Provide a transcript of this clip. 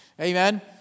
amen